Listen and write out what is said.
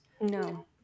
No